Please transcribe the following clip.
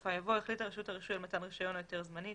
בסופה יבוא "החליטה רשות הרישוי על מתן רישיון או היתר זמני,